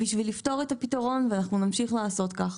בשביל להגיע לפתרון ואנחנו נמשיך לעשות כך.